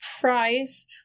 fries